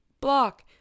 block